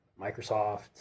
Microsoft